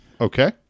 Okay